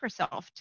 Microsoft